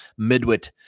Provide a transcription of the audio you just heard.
midwit